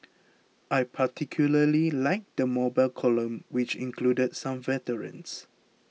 I particularly liked the mobile column which included some veterans